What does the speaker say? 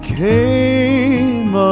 came